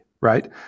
right